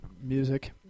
music